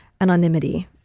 anonymity